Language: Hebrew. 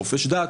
חופש דת,